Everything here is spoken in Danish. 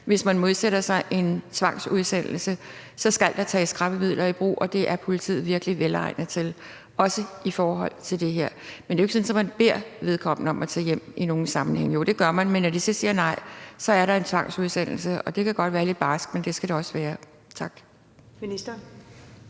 hvis man modsætter sig en tvangsudsendelse, så skal der tages skrappe midler i brug, og det er politiet virkelig velegnet til, også i forhold til det her. Men det er jo ikke sådan, at man beder vedkommende om at tage hjem i nogen sammenhænge – jo, det gør man, men når de så siger nej, er der en tvangsudsendelse. Og det kan godt være lidt barskt, men det skal det også være. Kl.